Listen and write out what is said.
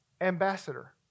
ambassador